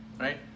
right